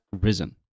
Risen